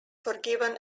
forgiven